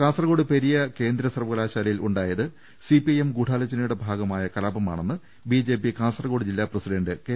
കാസർകോട് പെരിയ കേന്ദ്ര സർവ്വകലാശാലയിൽ ഉണ്ടായത് സിപിഐഎം ഗൂഢാലോചനയുടെ ഭാഗമായ കലാപമാണെന്ന് ബിജെപി കാസർകോട് ജില്ലാ പ്രസിഡന്റ് കെ